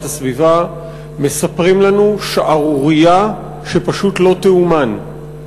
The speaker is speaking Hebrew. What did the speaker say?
הסביבה מספרים לנו שערורייה שפשוט לא תיאמן.